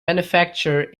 manufacturer